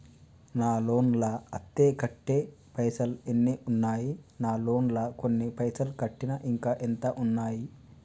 నా లోన్ లా అత్తే కట్టే పైసల్ ఎన్ని ఉన్నాయి నా లోన్ లా కొన్ని పైసల్ కట్టిన ఇంకా ఎంత ఉన్నాయి?